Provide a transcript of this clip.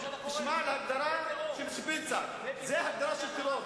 תשמע את ההגדרה של שפרינצק, זאת ההגדרה של טרור.